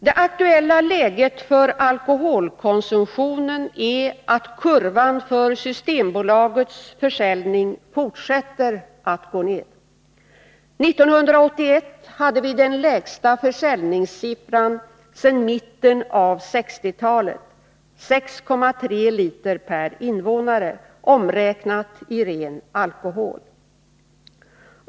Det aktuella läget för alkoholkonsumtionen är att kurvan för systembo lagets försäljning fortsätter att gå ned. 1981 hade vi den lägsta försäljningssiffran sedan mitten av 1960-talet: 6,3 liter per invånare, omräknat i ren alkohol.